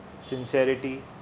sincerity